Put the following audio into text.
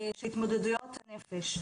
של התמודדויות הנפש,